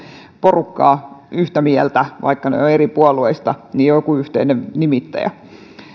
porukkaa yhtä mieltä ja vaikka ovat eri puolueista on joku yhteinen nimittäjä